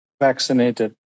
vaccinated